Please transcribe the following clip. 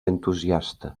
entusiasta